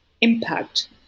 impact